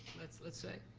let's let's say?